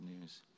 news